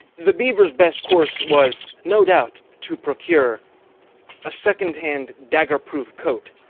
the beaver's best course was, no doubt, to procure a second-hand dagger-proof coat